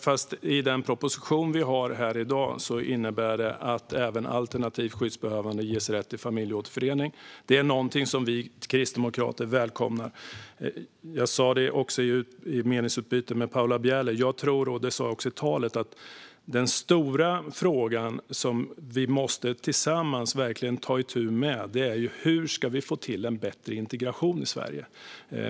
Fru talman! Den proposition vi har här i dag innebär ju att även alternativt skyddsbehövande ges rätt till familjeåterförening. Detta välkomnar vi kristdemokrater. Som jag sa i meningsutbytet med Paula Bieler och i mitt tal tror jag att den stora fråga som vi tillsammans verkligen måste ta itu med är hur vi ska få till en bättre integration i Sverige.